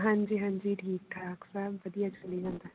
ਹਾਂਜੀ ਹਾਂਜੀ ਠੀਕ ਠਾਕ ਸਭ ਵਧੀਆ ਚੱਲੀ ਜਾਂਦਾ